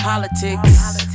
Politics